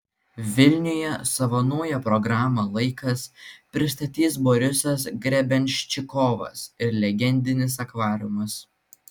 vilniuje savo naują programą laikas pristatys borisas grebenščikovas ir legendinis akvariumas